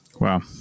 Wow